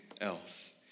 else